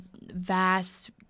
vast